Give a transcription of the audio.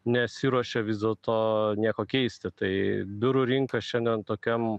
nesiruošia vis dėl to nieko keisti tai biurų rinka šiandien tokiam